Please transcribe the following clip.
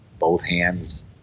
bothhands